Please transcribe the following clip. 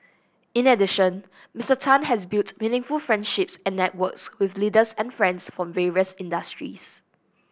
in addition Mister Tan has built meaningful friendships and networks with leaders and friends from various industries